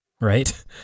right